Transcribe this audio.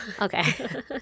Okay